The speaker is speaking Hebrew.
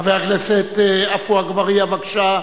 חבר הכנסת עפו אגבאריה, בבקשה.